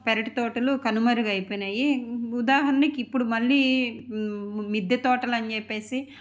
పెరటి తోటలు కనుమరుగైపోయినాయి ఉదాహరణకి ఇప్పుడు మళ్ళీ మిద్దె తోటలని చెప్పేసి